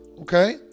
Okay